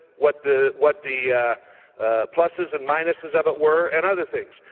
what the what the pluses and minuses of it were, and other things.